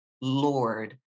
Lord